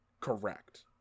correct